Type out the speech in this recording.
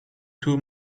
too